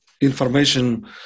information